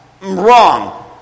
Wrong